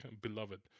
beloved